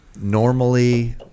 normally